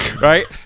Right